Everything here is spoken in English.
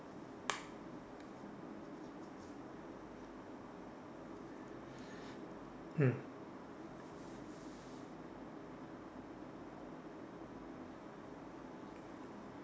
mm